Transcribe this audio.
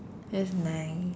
that's nice